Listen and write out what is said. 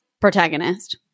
protagonist